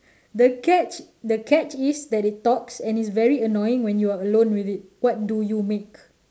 the catch the catch is that it talks and is very annoying when you're alone with it what do you make